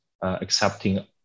accepting